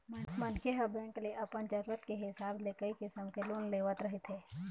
मनखे ह बेंक ले अपन जरूरत के हिसाब ले कइ किसम के लोन लेवत रहिथे